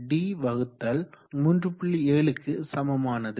7 க்கு சமமானது